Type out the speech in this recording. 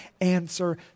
answer